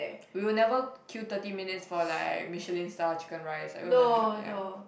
we will never queue thirty minutes for like Michelin Star Chicken Rice I will never do it ya